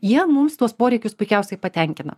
jie mums tuos poreikius puikiausiai patenkina